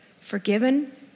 forgiven